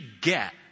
get